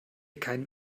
keinen